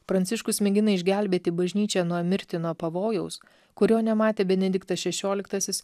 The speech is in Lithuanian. pranciškus mėgina išgelbėti bažnyčią nuo mirtino pavojaus kurio nematė benediktas šešioliktasis